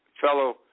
fellow